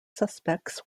suspects